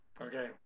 Okay